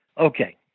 Okay